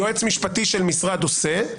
יועץ משפטי של משרד עושה,